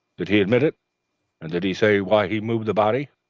did he admit it and did he say why he moved the body?